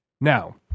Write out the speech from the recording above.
Now